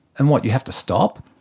and what, you have to stop?